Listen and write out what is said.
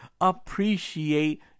appreciate